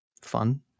fun